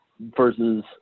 versus